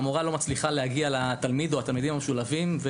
המורה לא מצליחה להגיע לתלמיד או לתלמידים המשולבים,